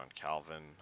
Calvin